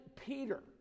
Peter